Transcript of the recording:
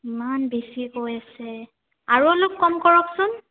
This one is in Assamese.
ইমান বেছি কৈ আছে আৰু অলপ কম কৰকচোন